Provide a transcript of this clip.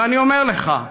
ואני אומר לך,